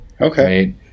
okay